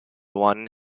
one